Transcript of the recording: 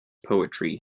poetry